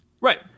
Right